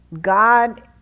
God